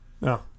No